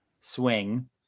swing